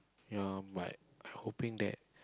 ya but hoping that